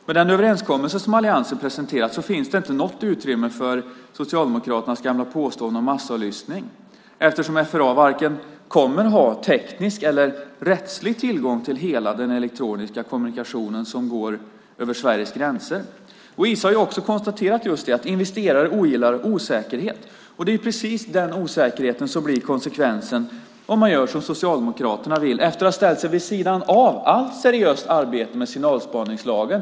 Men i den överenskommelse som alliansen har presenterat finns det inte något utrymme för Socialdemokraternas gamla påståenden om massavlyssning eftersom FRA inte kommer att ha vare sig teknisk eller rättslig tillgång till hela den elektroniska kommunikation som går över Sveriges gränser. ISA har också konstaterat att investerare ogillar osäkerhet. Det är precis den osäkerheten som blir konsekvensen om man gör så som Socialdemokraterna vill, efter det att man har ställt sig vid sidan av allt seriöst arbete med signalspaningslagen.